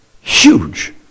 huge